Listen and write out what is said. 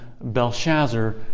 Belshazzar